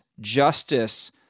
justice